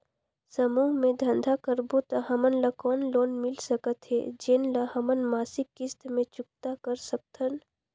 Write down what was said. समूह मे धंधा करबो त हमन ल कौन लोन मिल सकत हे, जेन ल हमन मासिक किस्त मे चुकता कर सकथन?